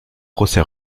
procès